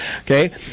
Okay